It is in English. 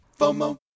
FOMO